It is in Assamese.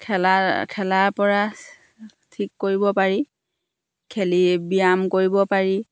খেলা খেলাৰ পৰা ঠিক কৰিব পাৰি খেলি ব্যায়াম কৰিব পাৰি